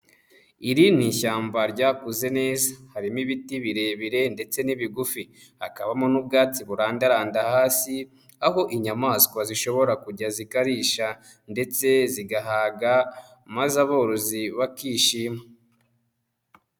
Iri ni ishyamba rya kuze neza, harimo ibiti birebire ndetse n'ibigufi hakabamo n'ubwatsi burandaranda hasi, aho inyamaswa zishobora kujya zikarisha ndetse zigahaga maze aborozi bakishima.